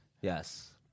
Yes